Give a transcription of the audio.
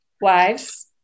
wives